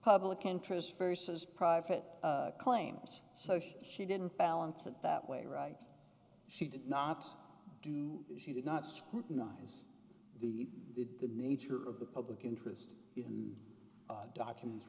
public interest versus private claims so she she didn't balance it that way right she did not do it she did not scrutinize the did the nature of the public interest in the documents